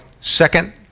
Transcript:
second